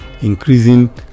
increasing